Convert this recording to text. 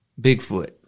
Bigfoot